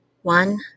one